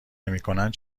نمیکنند